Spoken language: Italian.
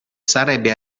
sarebbe